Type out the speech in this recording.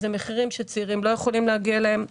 אלה מחירים שצעירים לא יכולים להגיע אליהם.